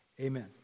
Amen